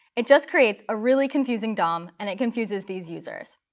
it just creates a really confusing dom, and it confuses these users.